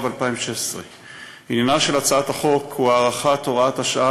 התשע״ו 2016. עניינה של הצעת החוק הוא הארכת הוראת השעה